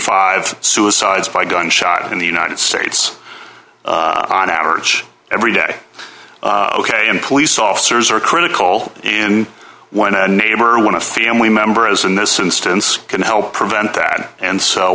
five suicides by gunshot in the united states on average every day ok and police officers are critical and when a neighbor want to family member as in this instance can help prevent that and so